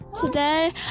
today